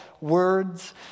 words